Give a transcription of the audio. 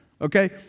okay